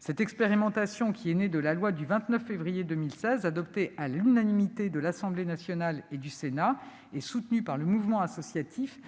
Cette expérimentation, née de la loi du 29 février 2016, adoptée à l'unanimité de l'Assemblée nationale et du Sénat, et soutenue par le mouvement associatif,